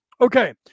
Okay